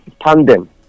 tandem